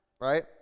right